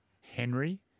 Henry